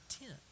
tent